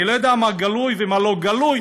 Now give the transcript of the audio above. אני לא יודע מה גלוי ומה לא גלוי,